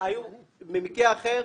במקרה אחר,